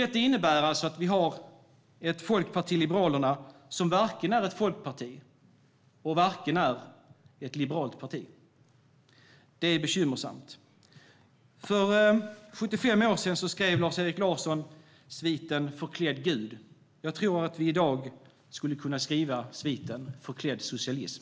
Detta innebär att vi har ett Folkpartiet liberalerna som varken är ett folkparti eller ett liberalt parti. Det är bekymmersamt. För 75 år sedan skrev Lars-Erik Larsson sviten Förklädd gud . Jag tror att vi i dag skulle kunna skriva en svit med namnet Förklädd socialism .